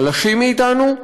חלשים מאתנו,